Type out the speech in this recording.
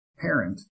parent